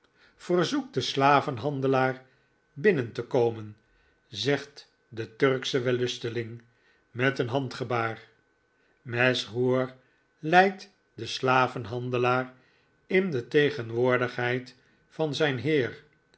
den slavenhandelaar binnen te komen zegt de turksche wellusteling met een handgebaar mesrour leidt den slavenhandelaar in de tegen woordigheid van zijn heer